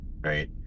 right